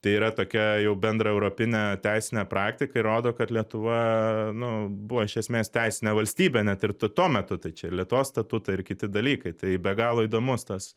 tai yra tokia jau bendraeuropinė teisinė praktika ir rodo kad lietuva nu buvo iš esmės teisinė valstybė net ir tuo metu tai čia lietuvos statutai ir kiti dalykai tai be galo įdomus tas